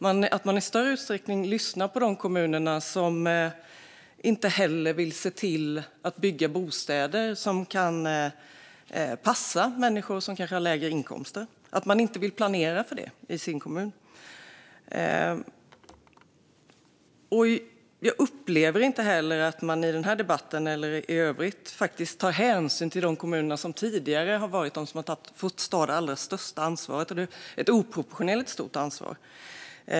Man lyssnar i större utsträckning på de kommuner som inte heller vill se till att bygga bostäder som kan passa människor som kanske har lägre inkomster. De vill inte planera för det i sin kommun. Jag upplever inte heller att man i den här debatten eller i övrigt tar hänsyn till de kommuner som tidigare har varit de som har fått ta det allra största ansvaret. Det har varit ett oproportionerligt stort ansvar.